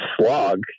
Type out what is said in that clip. slog